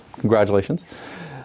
Congratulations